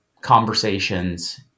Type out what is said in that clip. conversations